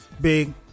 Big